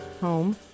home